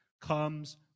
comes